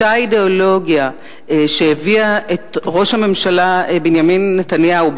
אותה אידיאולוגיה שהביאה את ראש הממשלה בנימין נתניהו,